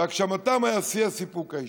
שהגשמתם הייתה שיא הסיפוק האישי.